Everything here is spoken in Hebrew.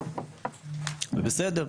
ובסדר,